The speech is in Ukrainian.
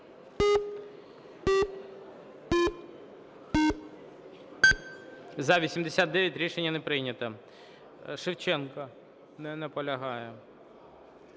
За-89 Рішення не прийнято. Шевченко. Не наполягає.